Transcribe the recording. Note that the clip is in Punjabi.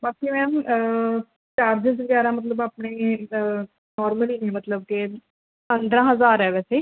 ਬਾਕੀ ਮੈਮ ਚਾਰਜਿਸ ਵਗੈਰਾ ਮਤਲਬ ਆਪਣੇ ਨੌਰਮਲ ਹੀ ਨੇ ਮਤਲਬ ਕਿ ਪੰਦਰਾਂ ਹਜ਼ਾਰ ਹੈ ਵੈਸੇ